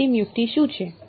અંતિમ યુક્તિ શું છે